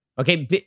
Okay